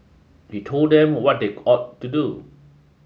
he told them what they ought to do